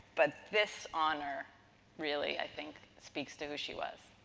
but this honor really, i think, speaks to who she was.